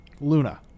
Luna